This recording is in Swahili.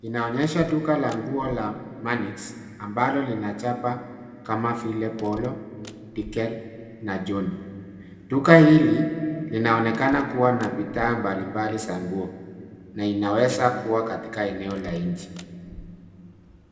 Inaonyesha duka la nguo la Manix ambalo linachapa kama vile Polo, Digel na Johny . Duka hili linaonekana kuwa na bidhaa mbalimbali za nguo na inaweza kuwa katika eneo la nje.